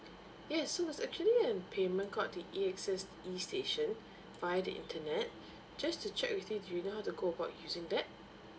yes so there's actually a payment called the A_X_S e station via the internet just to check with you do you know how to go about using that